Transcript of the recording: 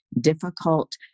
difficult